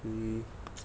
mm